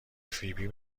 فیبی